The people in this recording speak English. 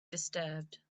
disturbed